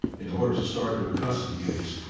in order to start your custody case,